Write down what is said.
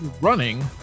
running